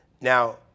Now